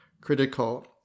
critical